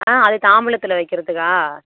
ஆ அது தாம்பூலத்தில் வைக்கிறதுக்கா